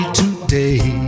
today